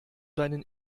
deinen